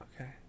okay